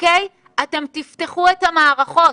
אתם תפתחו את המערכות.